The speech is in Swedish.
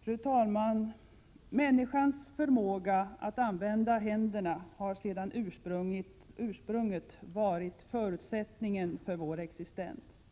Fru talman! Människans förmåga att använda händerna har sedan ursprunget varit förutsättningen för vår existens.